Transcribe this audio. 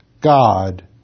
God